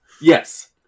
Yes